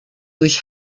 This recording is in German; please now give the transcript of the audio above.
durch